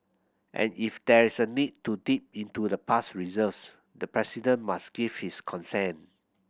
and if there is a need to dip into the past reserves the President must give his consent